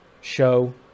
show